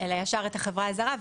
אלא ישר את החברה הזרה.